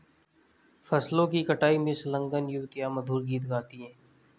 फसलों की कटाई में संलग्न युवतियाँ मधुर गीत गाती हैं